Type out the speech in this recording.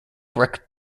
brick